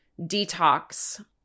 detox